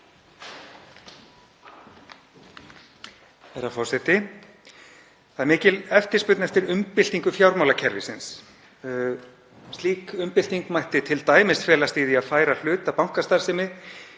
Það er mikil eftirspurn eftir umbyltingu fjármálakerfisins. Slík umbylting mætti t.d. felast í því að færa hluta bankastarfsemi